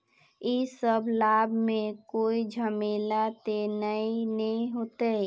इ सब लाभ में कोई झमेला ते नय ने होते?